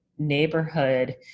neighborhood